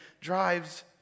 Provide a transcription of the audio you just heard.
drives